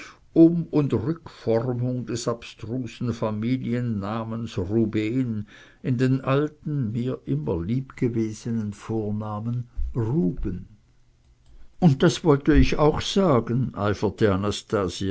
rückformung des abstrusen familiennamens rubehn in den alten mir immer lieb gewesenen vornamen ruben und das wollt ich auch sagen